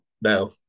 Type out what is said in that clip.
no